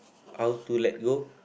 how to let go